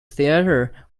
theater